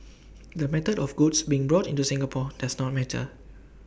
the method of goods being brought into Singapore does not matter